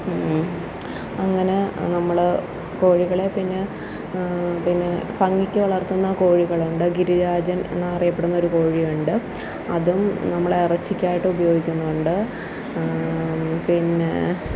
അങ്ങനെ നമ്മൾ കോഴികളെ പിന്നെ പിന്നെ ഭംഗിക്ക് വളർത്തുന്ന കോഴികളുണ്ട് ഗിരിരാജൻ എന്നറിയപ്പെടുന്നൊരു കൊഴിയുണ്ട് അതും നമ്മൾ ഇറച്ചിക്കായിട്ട് ഉപയോഗിക്കുന്നുണ്ട് പിന്നേ